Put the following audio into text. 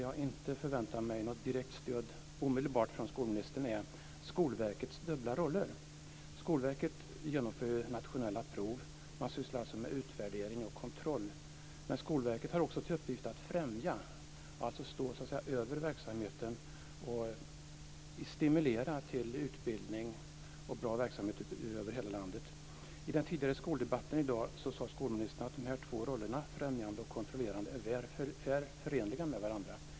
Jag förväntar mig inte något omedelbart stöd från skolministern när det gäller den. Den handlar om Skolverkets dubbla roller. Skolverket genomför nationella prov. Man sysslar alltså med utvärdering och kontroll, men Skolverket har också till uppgift att främja, dvs. stå över verksamheten och stimulera till utbildning och bra verksamhet över hela landet. I den tidigare skoldebatten i dag sade skolministern att de här två rollerna, främjande och kontrollerande, är väl förenliga med varandra.